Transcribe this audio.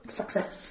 success